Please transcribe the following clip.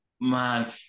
man